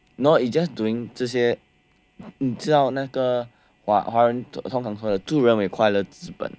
you know it's just doing 这些你知道那个华人通常说的助人为快乐之本